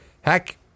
heck